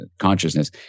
consciousness